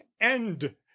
end